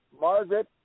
Margaret